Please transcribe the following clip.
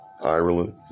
Ireland